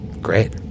Great